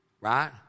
Right